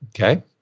Okay